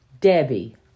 Debbie